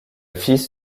fils